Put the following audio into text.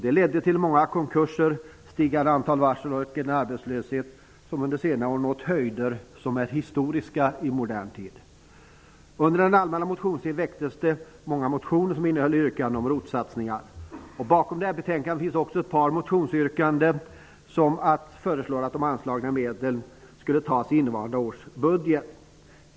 Den ledde till många konkurser, stigande antal varsel och en arbetslöshet som under senare år nått höjder som är historiska i modern tid. satsningar. Bakom det här betänkandet finns också ett par motionsyrkanden som föreslår att de anslagna medlen i innevarande års budget tas i anspråk.